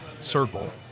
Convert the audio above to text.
circle